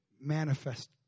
manifest